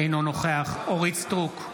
אינו נוכח אורית מלכה סטרוק,